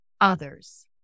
others